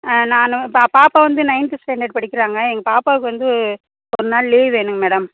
நான் பா பாப்பா வந்து நைன்த்து ஸ்டாண்டர்ட் படிக்கிறாங்க எங்கள் பாப்பாவுக்கு வந்து ஒரு நாள் லீவ் வேணும் மேடம்